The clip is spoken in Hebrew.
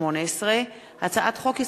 פ/4145/18 וכלה בהצעת חוק פ/4171/18,